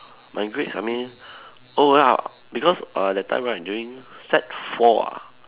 my grades I mean oh ya because err that time right during sec four ah